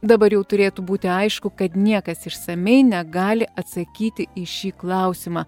dabar jau turėtų būti aišku kad niekas išsamiai negali atsakyti į šį klausimą